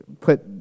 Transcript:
put